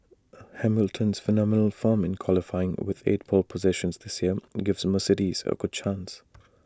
Hamilton's phenomenal form in qualifying with eight pole positions this year gives Mercedes A good chance